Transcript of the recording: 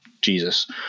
Jesus